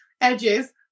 edges